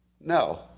No